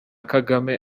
kagame